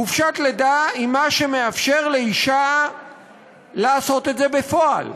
חופשת לידה היא מה שמאפשר לאישה לעשות את זה בפועל.